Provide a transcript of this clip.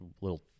little